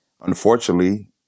Unfortunately